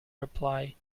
reply